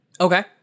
okay